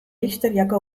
historiako